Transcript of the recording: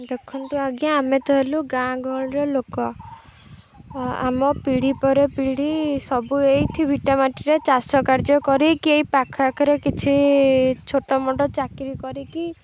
ଦେଖନ୍ତୁ ଆଜ୍ଞା ଆମେ ତ ହେଲୁ ଗାଁ ଗହଳିର ଲୋକ ଆମ ପିଢ଼ି ପରେ ପିଢ଼ି ସବୁ ଏଇଠି ଭିଟାମଟିରେ ଚାଷ କାର୍ଯ୍ୟ କରିକି ଏଇ ପାଖ ଆଖରେ କିଛି ଛୋଟମୋଟ ଚାକିରୀ କରିକି